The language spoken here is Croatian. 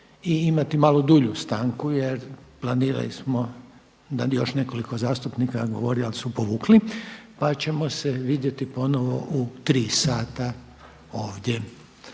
i imati malo dulju stanku jer planirali smo da bi još nekoliko zastupnika govorilo ali su povukli pa ćemo se vidjeti ponovno u 15h ovdje